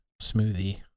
smoothie